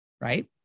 right